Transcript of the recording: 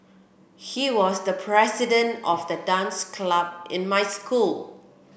he was the president of the dance club in my school